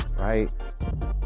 right